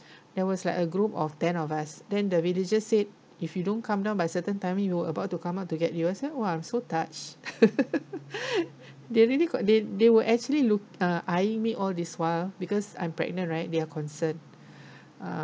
there was like a group of ten of us then the villager said if you don't come down by certain time they were about to come out to get yourself !wah! I'm so touched they really got they they were actually looked eyeing me all this while because I'm pregnant right they are concerned um